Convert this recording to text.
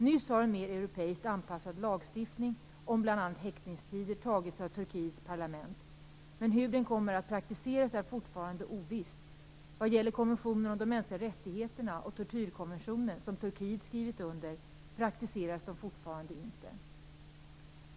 Nyss har en mer europeiskt anpassad lagstiftning om bl.a. häktningstider antagits av Turkiets parlament, men hur den kommer att praktiseras är fortfarande ovisst. Vad gäller konventionen om de mänskliga rättigheterna och tortyrkonventionen, som Turkiet skrivit under, praktiseras de fortfarande inte.